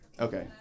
Okay